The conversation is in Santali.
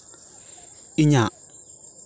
ᱤᱧᱟᱹᱜ